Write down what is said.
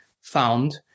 found